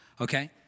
okay